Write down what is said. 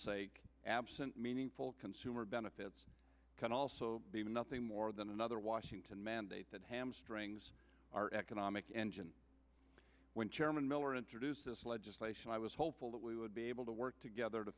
sake absent meaningful consumer benefits can also be nothing more than another washington mandate that hamstrings our economic engine when chairman miller introduced this legislation i was hopeful that we would be able to work together to